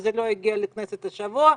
וזה לא הגיע לכנסת השבוע,